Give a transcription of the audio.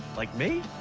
like me?